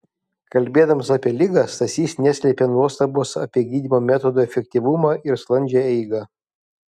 kalbėdamas apie ligą stasys neslėpė nuostabos apie gydymo metodo efektyvumą ir sklandžią eigą